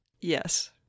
Yes